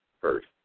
first